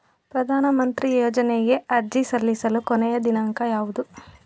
ಪ್ರಧಾನ ಮಂತ್ರಿ ಯೋಜನೆಗೆ ಅರ್ಜಿ ಸಲ್ಲಿಸಲು ಕೊನೆಯ ದಿನಾಂಕ ಯಾವದು?